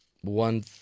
One